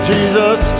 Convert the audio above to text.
Jesus